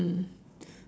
mm